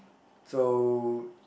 so